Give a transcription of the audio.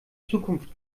zukunft